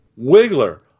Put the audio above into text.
Wiggler